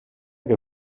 que